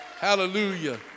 Hallelujah